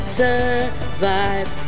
survive